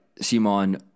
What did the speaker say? Simon